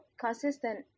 Consistent